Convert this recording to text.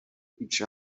each